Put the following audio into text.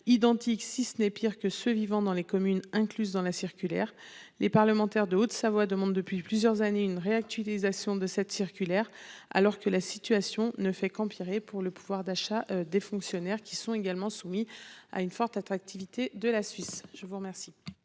identique. Si ce n'est pire que ceux vivant dans les communes incluses dans la circulaire, les parlementaires de Haute-Savoie demande depuis plusieurs années une réactualisation de cette circulaire, alors que la situation ne fait qu'empirer pour le pouvoir d'achat des fonctionnaires qui sont également soumis à une forte attractivité de la Suisse. Je vous remercie.